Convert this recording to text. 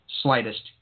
slightest